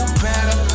better